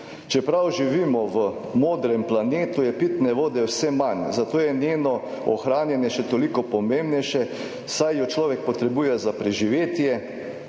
Čeprav živimo v modrem planetu, je pitne vode vse manj, zato je njeno ohranjanje še toliko pomembnejše, saj jo človek potrebuje za preživetje,